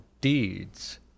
deeds